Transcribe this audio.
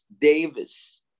Davis